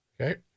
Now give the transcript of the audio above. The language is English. Okay